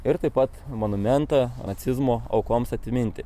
ir taip pat monumentą nacizmo aukoms atminti